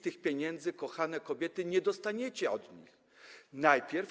Tych pieniędzy, kochane kobiety, nie dostaniecie od nich, od PiS.